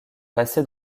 passées